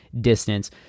distance